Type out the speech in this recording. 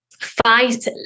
fight